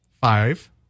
five